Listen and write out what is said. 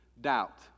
doubt